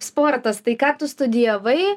sportas tai ką tu studijavai